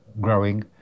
growing